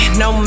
no